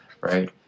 right